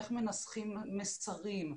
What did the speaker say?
איך מנסחים מסרים,